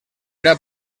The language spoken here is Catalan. era